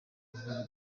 vuba